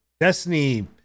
Destiny